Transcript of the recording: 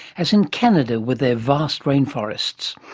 as in canada with their vast rainforests.